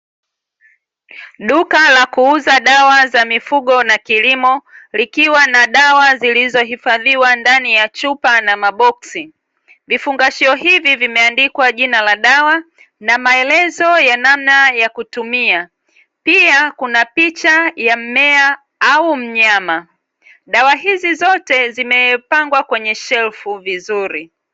Duka la kuuza dawa za mifugo na kilimo; likiwa na dawa zilizohifadhiwa ndani ya chupa na maboksi. Vifungashio hivi vimeandikwa jina la dawa na maelezo ya namna ya kutumia, pia kuna picha ya mmea au mnyama. Dawa hizi zote zimepangwa kwenye shelfu vizuri.